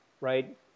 right